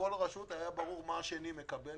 לכל רשות היה ברור מה השני מקבל,